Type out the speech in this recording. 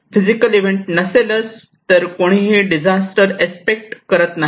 physical event नसेलच तर कोणीही डिझास्टर एस्पेक्ट करत नाही